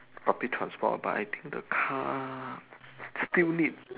public transport but I think the car still need